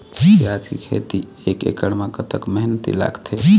प्याज के खेती एक एकड़ म कतक मेहनती लागथे?